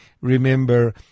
remember